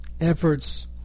efforts